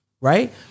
right